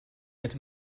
hätte